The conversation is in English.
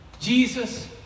Jesus